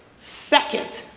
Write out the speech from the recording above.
second,